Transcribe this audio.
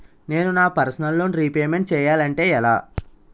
నేను నా personal loan repayment చేయాలంటే ఎలా?